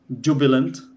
Jubilant